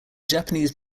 japanese